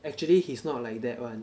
actually he's not like that [one]